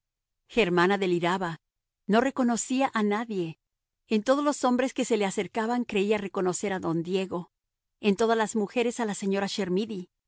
muerte germana deliraba no reconocía a nadie en todos los hombres que se le acercaban creía reconocer a don diego en todas las mujeres a la señora